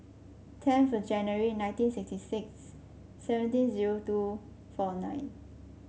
tenth January nineteen sixty six seventeen zero two four nine